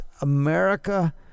America